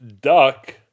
duck